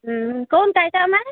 काहून काय काम आहे